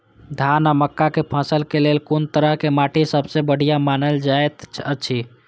धान आ मक्का के फसल के लेल कुन तरह के माटी सबसे बढ़िया मानल जाऐत अछि?